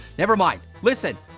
never mind. listen,